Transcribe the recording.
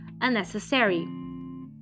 unnecessary